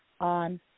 on